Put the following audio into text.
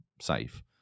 safe